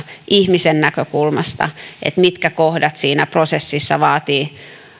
ihmisen näkökulmasta sitä mitkä kohdat siinä prosessissa vaativat